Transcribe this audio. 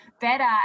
better